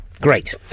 Great